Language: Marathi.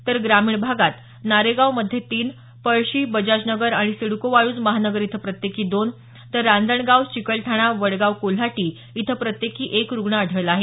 तर ग्रामीण भागात नारेगावमध्ये तीन पळशी बजाज नगर आणि सिडको वाळूज महानगर इथं प्रत्येकी दोन तर रांजणगाव चिकलठाणा वडगाव कोल्हाटी इथं प्रत्येकी एक रुग्ण आढळला आहे